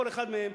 כל אחד מהם,